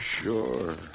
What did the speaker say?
Sure